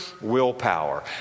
willpower